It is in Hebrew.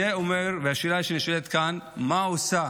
השאלה שנשאלת כאן היא, מה עושה